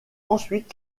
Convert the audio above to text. ensuite